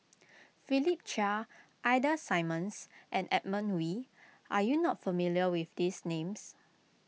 Philip Chia Ida Simmons and Edmund Wee are you not familiar with these names